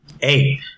Eight